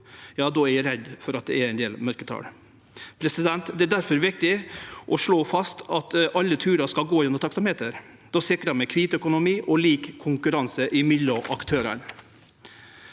er eg redd for at det er ein del mørketal. Difor er det viktig å slå fast at alle turar skal gå gjennom taksameter. Då sikrar vi kvit økonomi og lik konkurranse mellom aktørane.